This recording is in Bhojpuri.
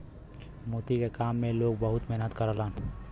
मोती के काम में लोग बहुत मेहनत करलन